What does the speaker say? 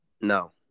No